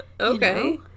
Okay